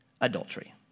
adultery